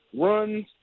runs